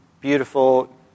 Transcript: beautiful